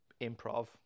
improv